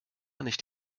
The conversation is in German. nicht